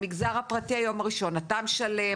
במגזר הפרטי את היום הראשון אתה משלם,